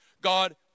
God